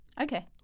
okay